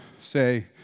say